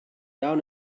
down